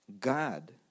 God